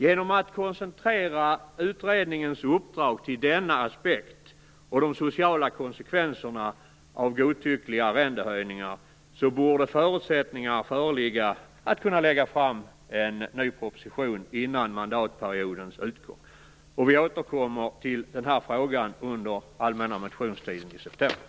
Genom att koncentrera utredningens uppdrag till denna aspekt och de sociala konsekvenserna av godtyckliga arrendehöjningar borde förutsättningar föreligga att kunna lägga fram en ny proposition innan mandatperiodens utgång. Vi återkommer till denna fråga under allmänna motionstiden i september.